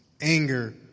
anger